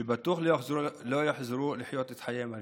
שבטוח לא יחזרו לחיות את חייהם הרגילים,